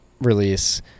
Release